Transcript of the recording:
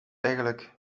eigenlijk